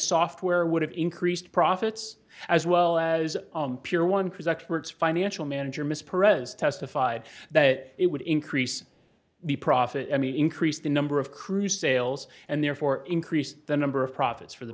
software would have increased profits as well as pure one cause experts financial manager miss perez testified that it would increase the profit i mean increase the number of crew sales and therefore increase the number of profits for the